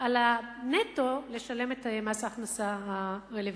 על הנטו לשלם את מס ההכנסה הרלוונטי.